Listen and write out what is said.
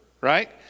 right